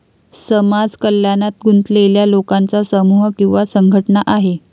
समाज कल्याणात गुंतलेल्या लोकांचा समूह किंवा संघटना आहे